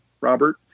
Robert